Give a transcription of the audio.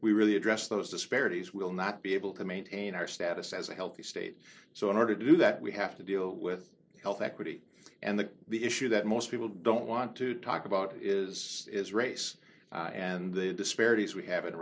we really address those disparities will not be able to maintain our status as a healthy state so in order to do that we have to deal with health equity and the issue that most people don't want to talk about is is race and the disparities we have